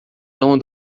tão